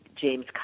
James